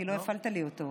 כי לא הפעלתי לי אותו.